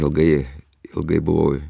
ilgai ilgai buvau